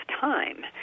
time